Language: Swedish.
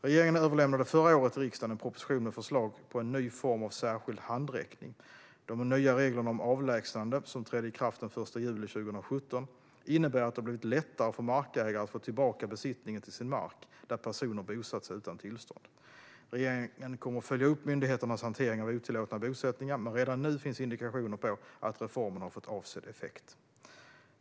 Regeringen överlämnade förra året till riksdagen en proposition med förslag på en ny form av särskild handräckning. De nya reglerna om avlägsnande, som trädde i kraft den 1 juli 2017, innebär att det har blivit lättare för markägare att få tillbaka besittningen av mark där personer bosatt sig utan tillstånd. Regeringen kommer att följa upp myndigheternas hantering av otillåtna bosättningar, men redan nu finns indikationer på att reformen har fått avsedd effekt.